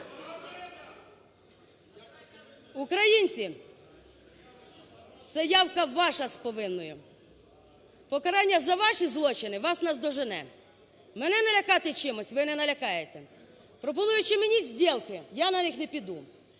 Українці - це явка ваша з повинною, покарання за ваші злочини вас наздожене. Мене налякати чимось – ви не налягаєте. Пропонуючи мені сделки, я на них не піду.